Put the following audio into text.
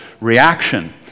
reaction